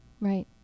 Right